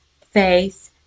faith